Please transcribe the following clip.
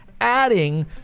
adding